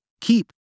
keep